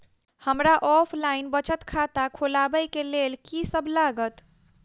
हमरा ऑफलाइन बचत खाता खोलाबै केँ लेल की सब लागत?